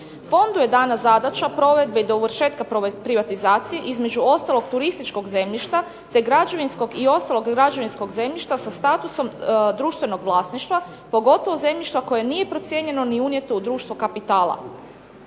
Fondu je danas zadaća provedbe dovršetka privatizacije između ostalog turističkog zemljišta te građevinskog i ostalog građevinskog zemljišta sa statusom društvenog vlasništva, pogotovo zemljišta koje nije procijenjeno ni unijeto u društvo kapitala.